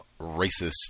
racist